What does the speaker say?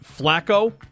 Flacco